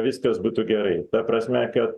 viskas būtų gerai ta prasme kad